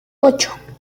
ocho